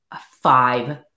five